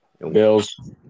Bills